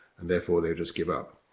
and therefore they just give up.